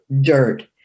dirt